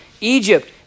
Egypt